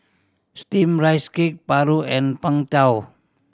Steamed Rice Cake paru and Png Tao